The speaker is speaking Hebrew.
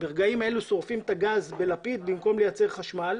ברגעים אלה שורפים את הגז בלפיד במקום לייצר חשמל,